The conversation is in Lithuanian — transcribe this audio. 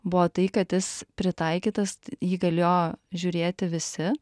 buvo tai kad jis pritaikytas jį galėjo žiūrėti visi